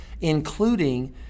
including